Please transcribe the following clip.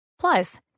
Plus